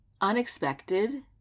unexpected